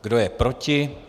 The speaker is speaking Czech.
Kdo je proti?